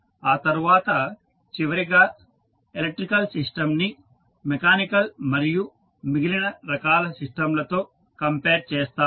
ఆ తర్వాత చివరగా ఎలక్ట్రికల్ సిస్టని మెకానికల్ మరియు మిగిలిన రకాల సిస్టంలతో కంపేర్ చేస్తాము